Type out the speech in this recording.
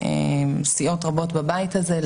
סיעות רבות בבית הזה,